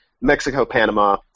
Mexico-Panama